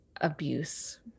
abuse